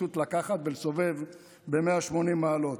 פשוט לקחת ולסובב ב-180 מעלות.